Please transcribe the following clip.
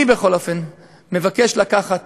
אני בכל אופן מבקש לקחת